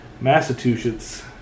Massachusetts